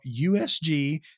USG